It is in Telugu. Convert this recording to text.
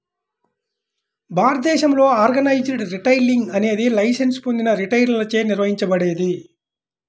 భారతదేశంలో ఆర్గనైజ్డ్ రిటైలింగ్ అనేది లైసెన్స్ పొందిన రిటైలర్లచే నిర్వహించబడేది